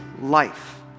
life